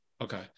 Okay